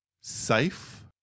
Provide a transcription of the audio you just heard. safe